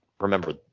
remember